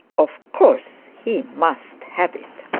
of course he must have it